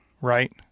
right